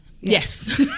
yes